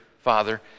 Father